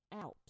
out